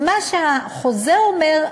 מה שהחוזר אומר,